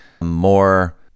more